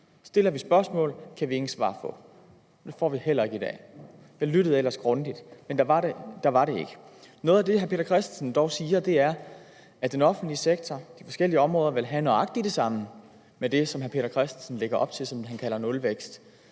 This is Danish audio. Stiller vi spørgsmål, kan vi ingen svar få. Det får vil heller ikke i dag. Jeg lyttede ellers grundigt, men der var ingen. Noget af det, hr. Peter Christensen dog siger, er, at den offentlige sektor på forskellige områder vil have nøjagtig det samme, som den havde sidste år, med det, som hr. Peter Christensen lægger op til, og som han kalder nulvækst.